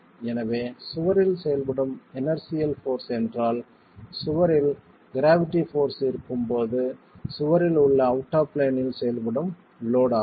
எனவே சுவரில் செயல்படும் இனெர்சியல் போர்ஸ் என்றால் சுவரில் க்ராவிட்டி போர்ஸ் இருக்கும்போது சுவரில் உள்ள அவுட் ஆப் பிளான் இல் செயல்படும் லோட் ஆகும்